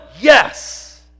yes